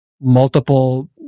multiple